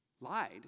Lied